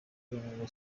ngo